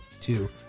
Two